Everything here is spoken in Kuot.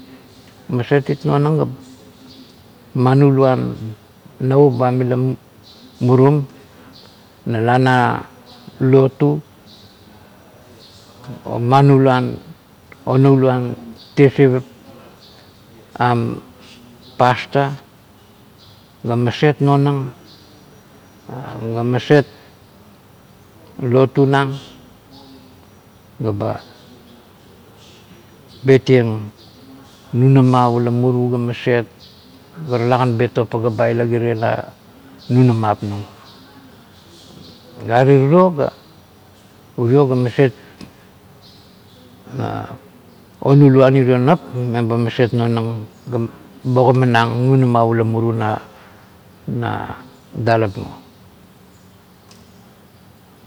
Maset it nonang ga manuluan navup ba mila murum, nala lotu, manuluan, onuluan tiesip am pasta ga maset nonang ga maset lotu nang ga ba betieng nunamap ula muru ga maset ga tulakan betong paga ba ila kire na nunmap nung. Gare tiro ga, urio ga maset onuluan urio nap me ba maset nonang ga ogamanang nunamap ula muru na dalap nuo.